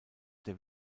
der